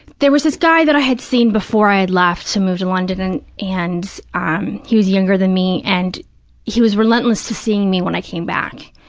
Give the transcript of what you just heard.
there was this guy that i had seen before i had left to move to london and and um he was younger than me, and he was relentless to seeing me when i came back.